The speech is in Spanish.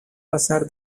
pasar